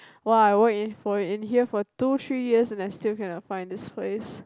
!wah! I work in for in here for two three years and I still cannot find this place